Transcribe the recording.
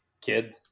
kid